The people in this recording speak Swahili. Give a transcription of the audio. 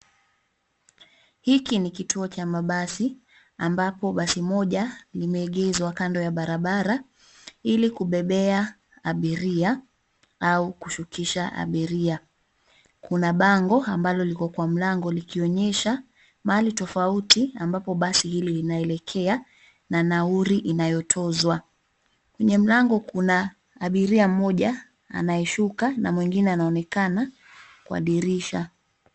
Hiki ni kituo cha mabasi ambapo basi moja limeegezwa kando ya barabara ili kubebea abiria au kushukisha abiria. Kuna bango ambalo liko kwa mlango likionyesha mahali tofauti ambapo basi hili linaelekea na nauli inayotozwa. Kwenye mlango kuna abiria mmoja anayeshuka na mwingine anaonekana kwa dirisha.